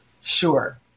sure